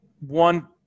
one